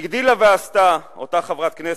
הגדילה ועשתה אותה חברת כנסת,